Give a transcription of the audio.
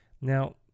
Now